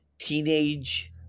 teenage